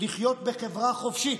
לחיות בחברה חופשית,